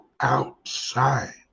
outside